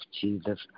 Jesus